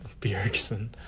Bjergsen